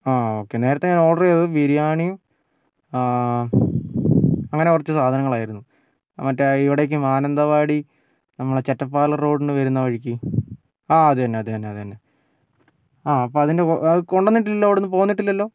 ആ ഓക്കെ നേരത്തെ ഞാൻ ഓർഡർ ചെയ്തത് ബിരിയാണിയും അങ്ങനെ കുറച്ച് സാധനങ്ങളായിരുന്നു ആ മറ്റേ ഇവിടേയ്ക്ക് മാനന്തവാടി നമ്മളെ ചെറ്റപ്പാല റോഡിനു വരുന്ന വഴിക്ക് ആ അതുതന്നെ അതുതന്നെ അതുതന്നെ ആ അപ്പോൾ അതിൻ്റെ അതു കൊണ്ടുവന്നിട്ടില്ലല്ലോ അവിടെ നിന്ന് പോന്നിട്ടില്ലല്ലോ